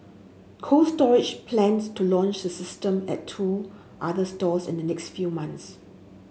Cold Storage plans to launch the system at two other stores in the next few months